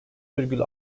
virgül